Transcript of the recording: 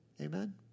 Amen